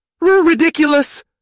Ridiculous